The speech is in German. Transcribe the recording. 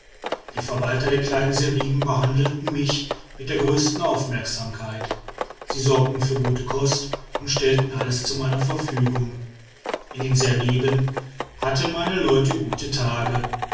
die verwalter der kleinen seriben behandelte mich mit der größten aufmerksamkeit sie sorgten für gute kost und stellten alles zu meiner verfügung in den seriben hatten meine leute gute tage